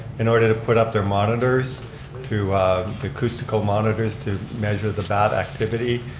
in order to put up their monitors to the acoustical monitors to measure the bat activity,